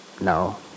No